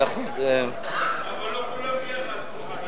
צריך להודות.